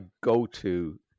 go-to